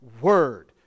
word